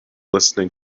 listening